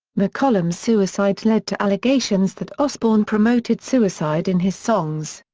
mccollum's suicide led to allegations that osbourne promoted suicide in his songs.